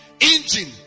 Engine